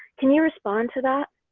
can you respond to that?